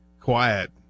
quiet